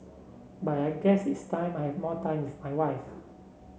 but I guess it's time I have more time with my wife